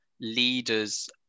leaders